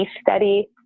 study